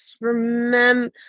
remember